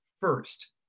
first